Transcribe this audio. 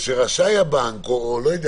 "רשאי הבנק" וכדו'.